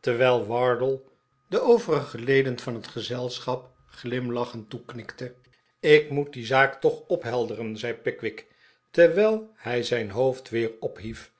terwijl wardle de overige leden van het gezelschap glimlachend toeknikte ik moet die zaak toch ophelderen zei pickwick terwijl hij zijn hoofd weer ophief